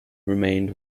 remained